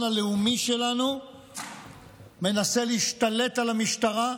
הלאומי שלנו מנסה להשתלט על המשטרה,